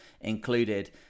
included